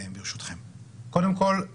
ברשותכם: קודם כל,